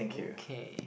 okay